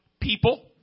people